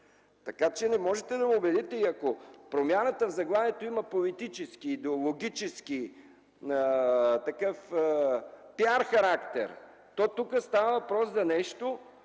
Така че не можете да ме убедите и ако промяната в заглавието има политически, идеологически PR характер, то тук става въпрос за нещо...